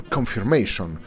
Confirmation